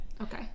okay